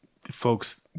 folks